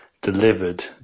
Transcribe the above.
delivered